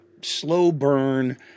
slow-burn